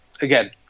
Again